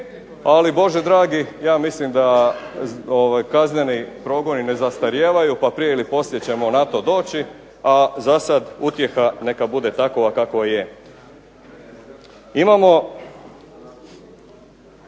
ali Bože dragi ja mislim da kazneni progoni ne zastarijevaju pa prije ili poslije ćemo na to doći, a zasad utjeha neka bude takva kakva je.